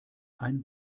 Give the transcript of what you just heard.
ein